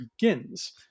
begins